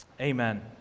Amen